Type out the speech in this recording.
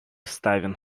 ставен